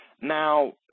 Now